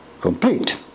complete